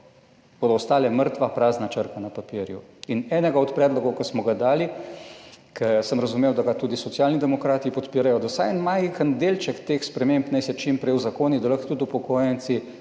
bodo ostale mrtva, prazna črka na papirju. In enega od predlogov, ki smo ga dali, ker sem razumel, da ga tudi Socialni demokrati podpirajo, da vsaj en majhen delček teh sprememb naj se čim prej uzakoni, da lahko tudi upokojenci